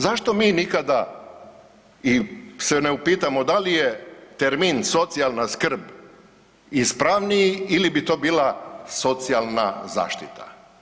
Zašto mi nikada i se ne upitamo da li je termin „socijalna skrb“ ispravniji ili bi to bila „socijalna zaštita“